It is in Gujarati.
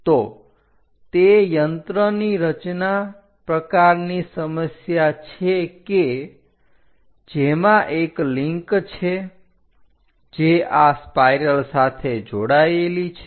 તો તે યંત્રની રચના પ્રકારની સમસ્યા છે કે જેમાં એક લિન્ક છે જે આ સ્પાઇરલ સાથે જોડાયેલી છે